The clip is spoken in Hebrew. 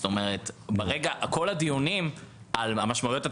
זאת אומרת כל הדיונים על המשמעויות התקציביות,